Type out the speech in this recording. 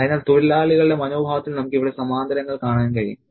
അതിനാൽ തൊഴിലാളികളുടെ മനോഭാവത്തിൽ നമുക്ക് ഇവിടെ സമാന്തരങ്ങൾ കാണാൻ കഴിയും